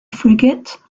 frigate